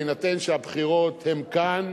בהינתן שהבחירות הן כאן,